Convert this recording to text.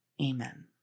Amen